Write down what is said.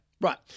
right